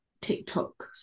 TikTok